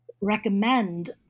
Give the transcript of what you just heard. recommend